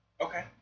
Okay